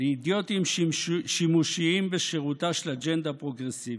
לאידיוטים שימושיים בשירותה של אג'נדה פרוגרסיבית".